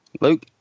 Luke